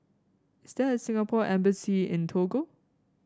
is there a Singapore Embassy in Togo